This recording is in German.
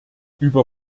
über